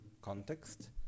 context